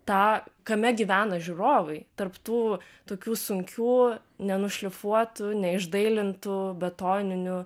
tą kame gyvena žiūrovai tarp tų tokių sunkių nenušlifuotų neišdailintų betoninių